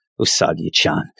Usagi-chan